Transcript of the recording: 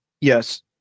Yes